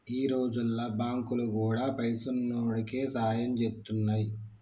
ఈ రోజుల్ల బాంకులు గూడా పైసున్నోడికే సాయం జేత్తున్నయ్